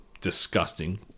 disgusting